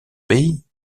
pays